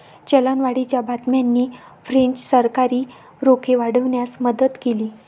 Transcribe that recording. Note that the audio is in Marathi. चलनवाढीच्या बातम्यांनी फ्रेंच सरकारी रोखे वाढवण्यास मदत केली